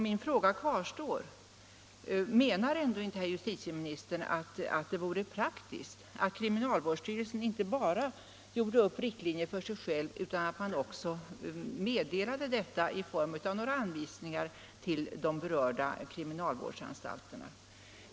Min fråga kvarstår alltså: Menar inte herr justitieministern att det vore praktiskt att kriminalvårdsstyrelsen inte bara drog upp riktlinjer för sig själv utan också meddelade dessa i form av anvisningar till de berörda kriminalvårdsanstalterna?